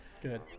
good